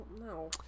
No